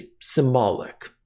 symbolic